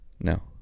No